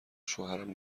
شوهرم